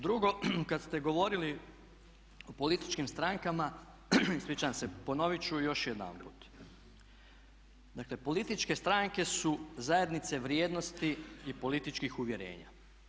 Drugo, kada ste govorili o političkim strankama, ispričavam se, ponoviti ću još jedanput, dakle političke stranke su zajednice vrijednosti političkih uvjerenja.